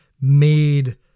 made